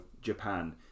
Japan